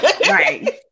right